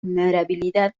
vulnerabilidad